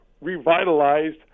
revitalized